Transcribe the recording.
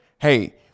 hey